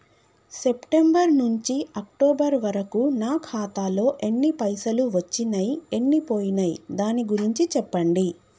September నుంచి October వరకు నా ఖాతాలో ఎన్ని పైసలు వచ్చినయ్ ఎన్ని పోయినయ్ దాని గురించి చెప్పండి?